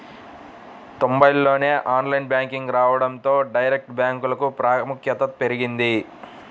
తొంబైల్లోనే online banking రావడంతో direct బ్యాంకులకు ప్రాముఖ్యత పెరిగింది